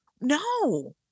no